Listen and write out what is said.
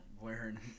wearing